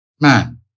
man